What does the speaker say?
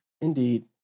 indeed